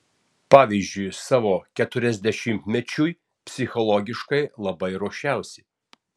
pavyzdžiui savo keturiasdešimtmečiui psichologiškai labai ruošiausi